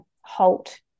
halt